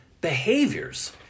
behaviors